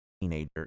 teenager